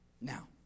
now